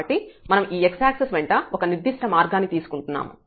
కాబట్టి మనం ఈ x యాక్సిస్ వెంట ఒక నిర్దిష్ట మార్గాన్ని తీసుకుంటున్నాము